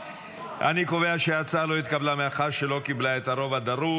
אני קובע שההצעה לא התקבלה מאחר שלא קיבלה את הרוב הדרוש.